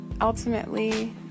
ultimately